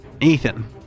Ethan